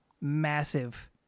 massive